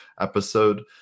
episode